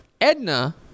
Edna